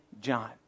John